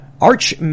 Arch